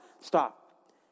Stop